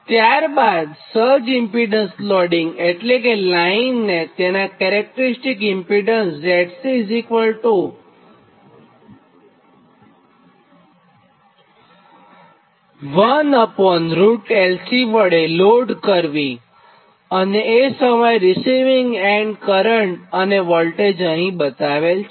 ત્યારબાદ surge impedance લોડિંગએટલે કે લાઇનને તેનાં કેરેક્ટરીસ્ટીક ઇમ્પીડન્સ ZC1LC વડે લોડ કરવી અને એ સમયે રીસિવીંગ એન્ડ કરંટ અને વોલ્ટેજ અહીં બતાવેલ છે